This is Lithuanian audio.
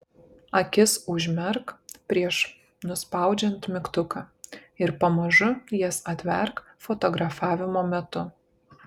akis užmerk prieš nuspaudžiant mygtuką ir pamažu jas atverk fotografavimo metu